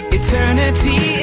eternity